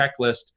checklist